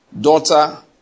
Daughter